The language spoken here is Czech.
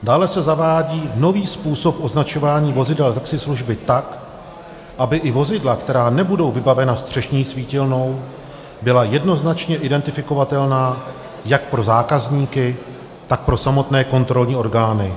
Dále se zavádí nový způsob označování vozidel taxislužby tak, aby i vozidla, která nebudou vybavena střešní svítilnou, byla jednoznačně identifikovatelná jak pro zákazníky, tak pro samotné kontrolní orgány.